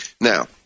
Now